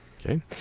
Okay